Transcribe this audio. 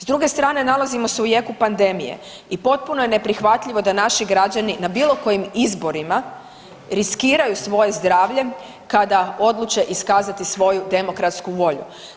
S druge strane nalazimo se u jeku pandemije i potpuno je neprihvatljivo da naši građani na bilo kojim izborima riskiraju svoje zdravlje kada odluče iskazati svoju demokratsku volju.